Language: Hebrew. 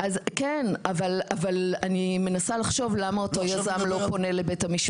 להבדיל מאנשים שהם בגיל העבודה